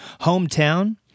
hometown